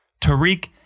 Tariq